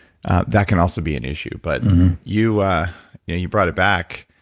that can also be an issue. but you you know you brought it back